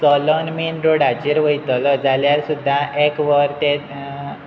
चलोन मेन रोडाचेर वयतलो जाल्यार सुद्दां एक वर ते